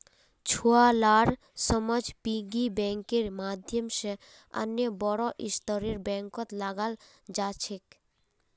छुवालार समझ पिग्गी बैंकेर माध्यम से अन्य बोड़ो स्तरेर बैंकत लगाल जा छेक